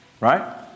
right